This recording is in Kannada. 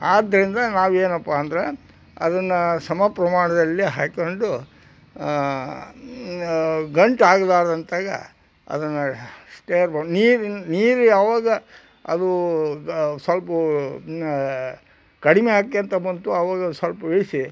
ಆದ್ದರಿಂದ ನಾವು ಏನಪ್ಪ ಅಂದರೆ ಅದನ್ನು ಸಮ ಪ್ರಮಾಣದಲ್ಲಿ ಹಾಕ್ಕೊಂಡು ಗಂಟು ಆಗಲಾರ್ದಂತಾಗ ಅದನ್ನು ಸ್ಟೇರ್ ಮಾಡಿ ನೀರು ನೀರು ಯಾವಾಗ ಅದು ಸ್ವಲ್ಪ ಕಡಿಮೆ ಆಗೊಂತ ಬಂತು ಆವಾಗ ಸ್ವಲ್ಪ ಇಳಿಸಿ